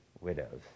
widows